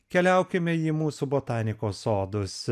keliaukime į mūsų botanikos sodus